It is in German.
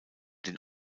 den